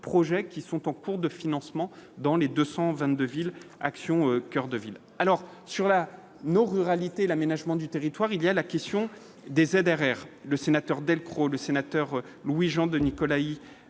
projets qui sont en cours de financement dans les 222 villes Action coeur de ville alors sur la nos ruralité, l'aménagement du territoire, il y a la question des ZRR le sénateur Delcros, le sénateur Louis-Jean de Nicolaï,